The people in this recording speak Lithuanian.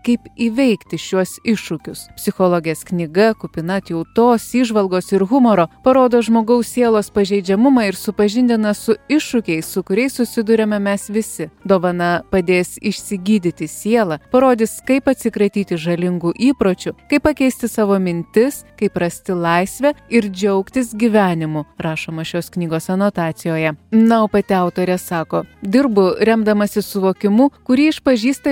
kaip įveikti šiuos iššūkius psichologės knyga kupina atjautos įžvalgos ir humoro parodo žmogaus sielos pažeidžiamumą ir supažindina su iššūkiais su kuriais susiduriame mes visi dovana padės išsigydyti sielą parodys kaip atsikratyti žalingų įpročių kaip pakeisti savo mintis kaip rasti laisvę ir džiaugtis gyvenimu rašoma šios knygos anotacijoje na o pati autorė sako dirbu remdamasis suvokimu kurį išpažįsta